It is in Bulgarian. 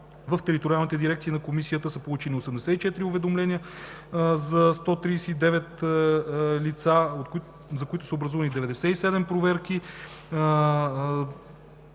са получени 84 уведомления за 139 лица, за които са образувани 97 проверки.